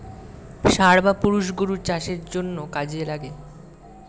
ষাঁড় বা পুরুষ গরু চাষের জন্যে কাজে লাগে